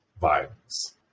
violence